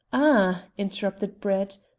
ah! interrupted brett,